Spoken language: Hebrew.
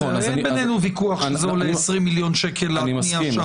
אין בינינו ויכוח שזה עולה 20 מיליון שקל להתניע שם.